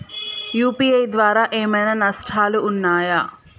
UPI ద్వారా ఏమైనా నష్టాలు ఉన్నయా?